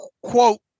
quote